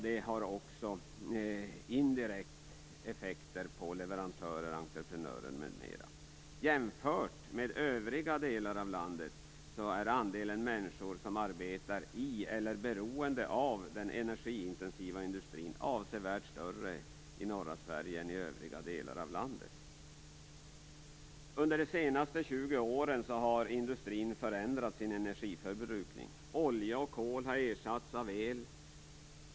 Det har också indirekta effekter för leverantörer, entreprenörer m.m. Andelen människor som arbetar i eller är beroende av den energiintensiva industrin är avsevärt större i norra Sverige än i övriga delar av landet. Under de senaste 20 åren har industrin förändrat sin energiförbrukning. Olja och kol har ersatts av el.